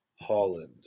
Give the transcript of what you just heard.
Holland